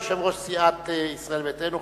יושב-ראש סיעת ישראל ביתנו,